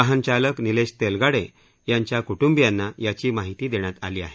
वाहनचालक निलेश तेलगाडे यांच्या क्ट्बीयांना याची माहिती देण्यात आली आहे